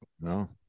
No